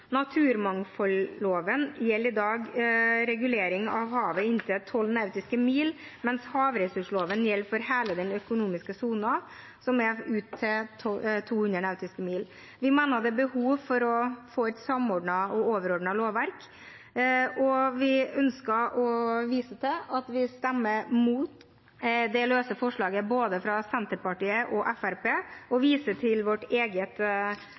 Naturmangfoldloven gjelder i dag regulering av havet inntil 12 nautiske mil, mens havressursloven gjelder for hele den økonomiske sonen, som er opptil 200 nautiske mil. Vi mener at det er behov for å få et samordnet og overordnet lovverk, og vi ønsker å vise til at vi stemmer mot de løse forslagene – både det fra Senterpartiet og det fra Fremskrittspartiet – og viser til vårt eget